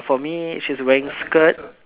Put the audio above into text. for me she's wearing skirt